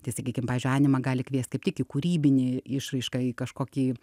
tai sakykim pavyzdžiui anima gali kviesti kaip tik į kūrybinį išraišką į kažkokį